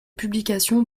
publications